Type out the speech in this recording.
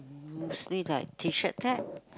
mostly like T-shirt type